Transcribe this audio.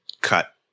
cut